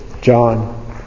John